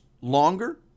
longer